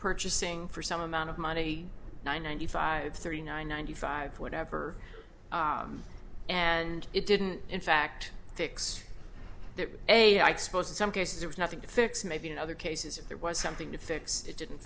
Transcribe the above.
purchasing for some amount of money ninety five thirty nine ninety five whatever and it didn't in fact fix that a i suppose in some cases there was nothing to fix maybe in other cases if there was something to fix it didn't